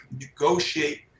negotiate